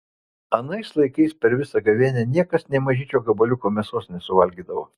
anais laikais per visą gavėnią niekas net mažyčio gabaliuko mėsos nesuvalgydavo